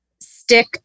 stick